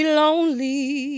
lonely